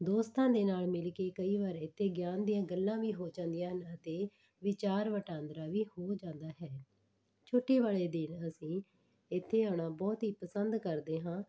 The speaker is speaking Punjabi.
ਦੋਸਤਾਂ ਦੇ ਨਾਲ ਮਿਲ ਕੇ ਕਈ ਵਾਰ ਇੱਥੇ ਗਿਆਨ ਦੀਆਂ ਗੱਲਾਂ ਵੀ ਹੋ ਜਾਂਦੀਆਂ ਹਨ ਅਤੇ ਵਿਚਾਰ ਵਟਾਂਦਰਾ ਵੀ ਹੋ ਜਾਂਦਾ ਹੈ ਛੁੱਟੀ ਵਾਲੇ ਦਿਨ ਅਸੀਂ ਇੱਥੇ ਆਉਣਾ ਬਹੁਤ ਹੀ ਪਸੰਦ ਕਰਦੇ ਹਾਂ